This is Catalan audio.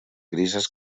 grises